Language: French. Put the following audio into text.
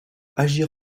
agir